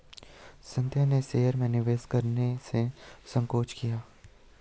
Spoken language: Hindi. संध्या ने शेयर में निवेश करने से सचेत किया